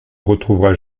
retrouvera